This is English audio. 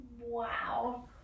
Wow